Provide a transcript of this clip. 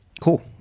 Cool